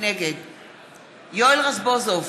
נגד יואל רזבוזוב,